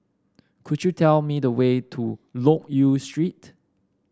could you tell me the way to Loke Yew Street